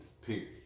period